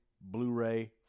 Blu-ray